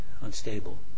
unstable